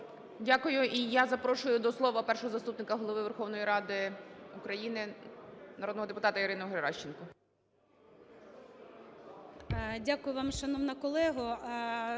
Дякую. І я запрошую до слова Першого заступника Голови Верховної Ради України народного депутата Ірину Геращенко.